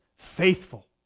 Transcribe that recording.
Faithful